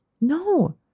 no